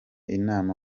inama